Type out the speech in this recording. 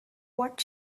what